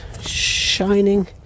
Shining